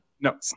no